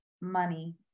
money